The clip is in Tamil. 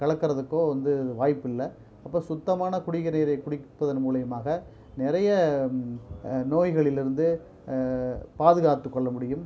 கலக்கறதுக்கோ வந்து வாய்ப்பு இல்லை அப்போ சுத்தமான குடித்தண்ணீரை குடிப்பதன் மூலயமாக நிறைய நோய்களிலிருந்து பாதுகாத்துக்கொள்ள முடியும்